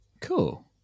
cool